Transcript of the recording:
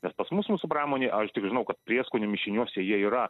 nes pas mus mūsų pramonėj aš tik žinau kad prieskonių mišiniuose jie yra